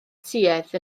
tuedd